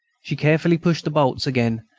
she carefully pushed the bolts again,